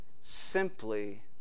simply